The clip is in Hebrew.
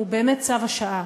הוא באמת צו השעה.